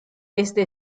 este